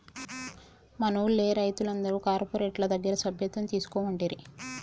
మనూళ్లె రైతులందరు కార్పోరేటోళ్ల దగ్గర సభ్యత్వం తీసుకోవట్టిరి